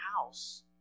house